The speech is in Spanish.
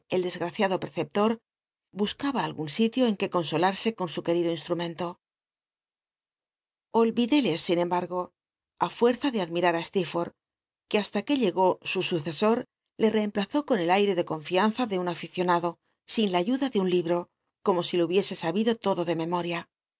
el desgraciado lli'cccptor buscaba algun sitio en que consolat'se con su quer iclo instrumento ohiclélc sin embargo ú fuerza de admirar á ste que hasta que llegó su sucesor le reemplazó con el aicc de confianza de un aficionado sin la ayuda de un libro como si lo hubiese sabido lodo de memoria